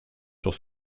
sur